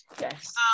Yes